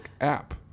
app